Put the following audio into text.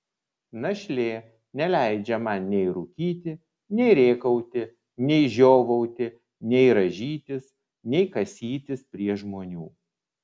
našlė neleidžia man nei rūkyti nei rėkauti nei žiovauti nei rąžytis nei kasytis prie žmonių